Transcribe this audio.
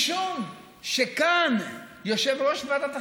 משום שכאן יושב-ראש ועדת החינוך,